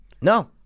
No